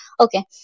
Okay